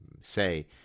say